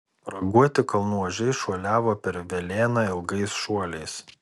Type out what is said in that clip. raguoti kalnų ožiai šuoliavo per velėną ilgais šuoliais